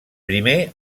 primer